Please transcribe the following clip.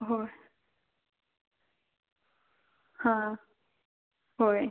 होय हं होय